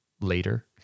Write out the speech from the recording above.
later